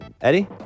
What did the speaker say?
Eddie